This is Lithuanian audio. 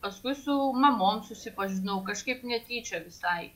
paskui su mamom susipažinau kažkaip netyčia visai